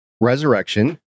resurrection